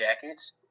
jackets